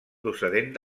procedent